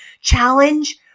challenge